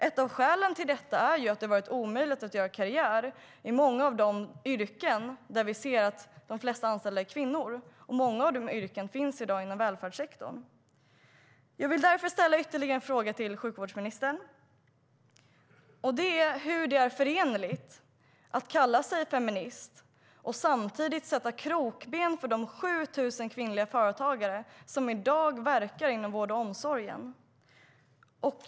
Ett av skälen till detta är att det har varit omöjligt att göra karriär inom många av de yrken där vi ser att de flesta anställda är kvinnor. Många av de yrkena finns i dag inom välfärdssektorn. Jag vill därför ställa ytterligare en fråga till sjukvårdsministern. Hur är det förenligt att kalla sig feminist och samtidigt sätta krokben för de 7 000 kvinnliga företagare som i dag verkar inom vård och omsorg?